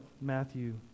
Matthew